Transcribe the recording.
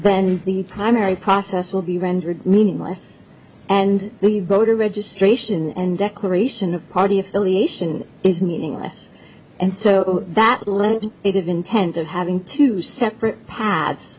then the primary process will be rendered meaningless and the voter registration and declaration of party affiliation is meaningless and so that lends a good intent of having two separate pat